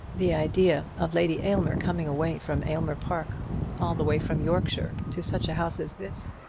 the idea of lady aylmer coming away from aylmer park all the way from yorkshire, to such a house as this!